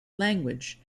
language